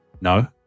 No